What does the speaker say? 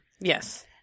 Yes